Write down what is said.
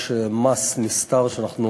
יש מס נסתר שאנחנו